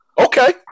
Okay